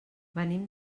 venim